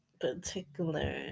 particular